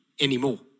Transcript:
anymore